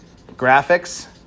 graphics